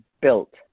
built